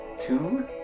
Two